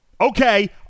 okay